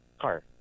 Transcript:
car